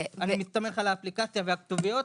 אני מסתמך על האפליקציה ועל הכתוביות.